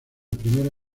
primera